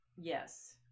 Yes